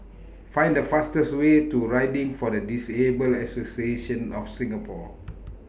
Find The fastest Way to Riding For The Disabled Association of Singapore